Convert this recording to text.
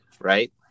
right